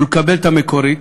ולקבל את המקורית,